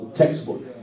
textbook